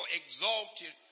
exalted